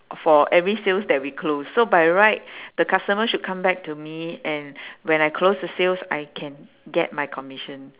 for every sales that we close so by right the customer should come back to me and when I close the sales I can get my commission